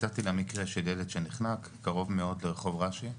יצאתי למקרה של ילד שנחנק, קרוב מאוד לרחוב רש"י,